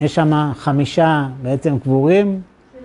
יש שם חמישה בעצם קבורים.